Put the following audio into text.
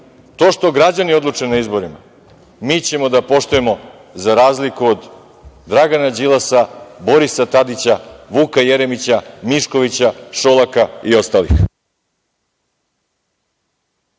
To što građani odluče na izborima, mi ćemo da poštujemo, za razliku od Dragana Đilasa, Borisa Tadića, Vuka Jeremića, Miškovića, Šolaka i ostalih.